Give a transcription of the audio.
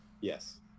Yes